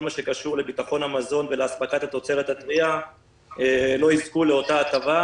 בכל הקשור לביטחון המזון ולאספקת התוצרת הטרייה לא יזכו לאותה הטבה,